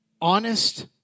honest